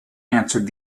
answered